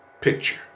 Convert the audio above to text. picture